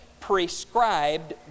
prescribed